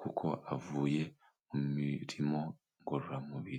kuko avuye mu mirimo ngororamubiri.